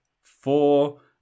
Four